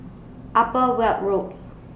Upper Weld Road